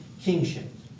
kingship